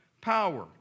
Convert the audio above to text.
power